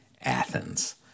Athens